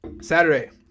Saturday